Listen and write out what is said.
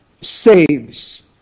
saves